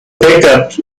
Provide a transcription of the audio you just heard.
pickups